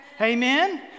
Amen